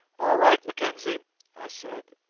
all right, mackenzie i said,